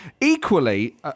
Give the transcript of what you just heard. equally